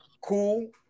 cool